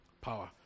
power